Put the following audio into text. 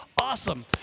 awesome